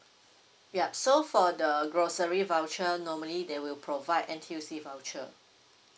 yup so for the grocery voucher normally they will provide N_T_U_C voucher